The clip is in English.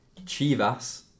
Chivas